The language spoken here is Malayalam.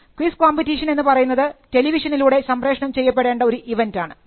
ക്വിസ് കോമ്പറ്റീഷൻ എന്ന് പറയുന്നത് ടെലിവിഷനിലൂടെ സംപ്രേഷണം ചെയ്യപ്പെടേണ്ട ഒരു ഇവൻറൊണ്